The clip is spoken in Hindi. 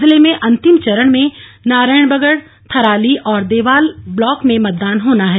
जिले में अंतिम चरण में नारायणबगड़ थराली और देवाल ब्लाक में मतदान होना है